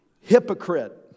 hypocrite